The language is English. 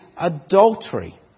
adultery